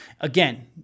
Again